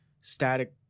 static